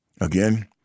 Again